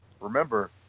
Remember